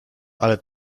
ale